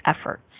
efforts